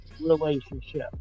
relationship